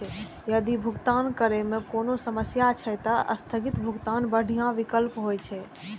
यदि भुगतान करै मे कोनो समस्या छै, ते स्थगित भुगतान बढ़िया विकल्प होइ छै